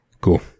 Cool